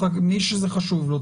מי שזה חשוב לו,